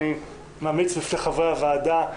אני ממליץ בפני חברי הוועדה,